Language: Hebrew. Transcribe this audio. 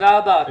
תודה רבה.